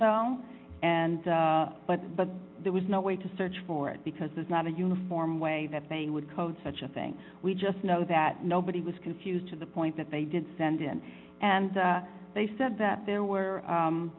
in and but but there was no way to search for it because there's not a uniform way that they would code such a thing we just know that nobody was confused to the point that they did send in and they said that there were